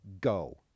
go